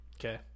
Okay